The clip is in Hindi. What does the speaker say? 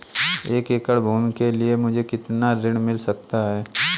एक एकड़ भूमि के लिए मुझे कितना ऋण मिल सकता है?